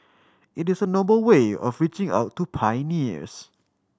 it is a noble way of reaching out to pioneers